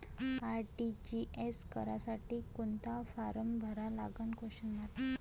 RTGS करासाठी कोंता form भरा लागन?